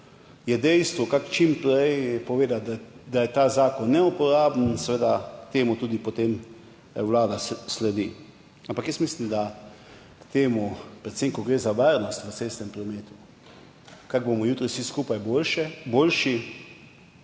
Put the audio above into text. je dejstvo, kako čim prej povedati, da je ta zakon neuporaben. Seveda temu potem sledi tudi Vlada. Ampak mislim, predvsem ko gre za varnost v cestnem prometu, kako bomo jutri vsi skupaj boljši,